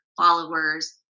followers